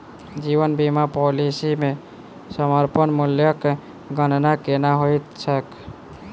जीवन बीमा पॉलिसी मे समर्पण मूल्यक गणना केना होइत छैक?